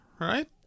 Right